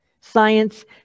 Science